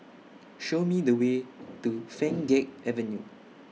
Show Me The Way to Pheng Geck Avenue